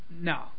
No